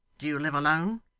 do you live alone